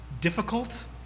Difficult